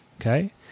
okay